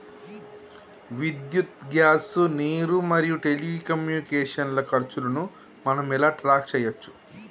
విద్యుత్ గ్యాస్ నీరు మరియు టెలికమ్యూనికేషన్ల ఖర్చులను మనం ఎలా ట్రాక్ చేయచ్చు?